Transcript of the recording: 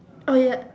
oh ya